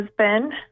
husband